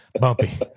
Bumpy